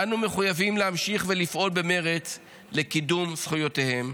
אנו מחויבים להמשיך ולפעול במרץ לקידום זכויותיהם,